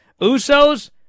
Usos